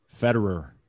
Federer